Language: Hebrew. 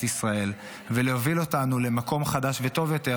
ישראל ולהוביל אותנו למקום חדש וטוב יותר,